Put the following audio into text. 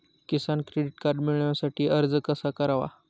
किसान credit card मिळवण्यासाठी अर्ज कसा करावा?